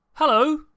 Hello